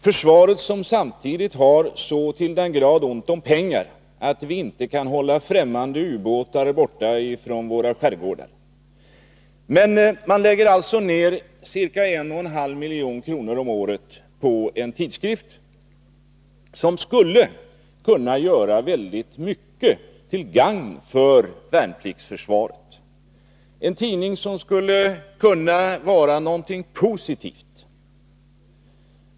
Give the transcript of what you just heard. Försvaret har samtidigt så till den grad ont om pengar att vi inte kan hålla främmande ubåtar borta från våra skärgårdar. Man lägger alltså ner ca 1,5 milj.kr. om året på en tidskrift, som skulle kunna vara till mycket gagn för värnpliktsförsvaret. Tidningen skulle kunna vara någonting positivt.